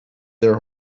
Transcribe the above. their